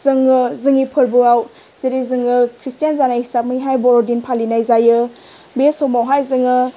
जों जोंनि फोरबोआव जेरै जों क्रिस्तियान जानाय हिसाबैहाय बर'दिन फालिनाय जायो बे समावहाय जोङो